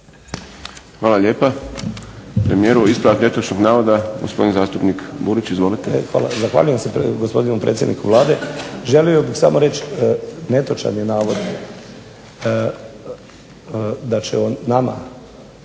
Hvala lijepa premijeru. Ispravak netočnog navoda, gospodin zastupnik Burić. Izvolite. **Burić, Dinko (HDSSB)** Hvala. Zahvaljujem se gospodinu predsjedniku Vlade. Želio bih samo reći, netočan je navod da će o nama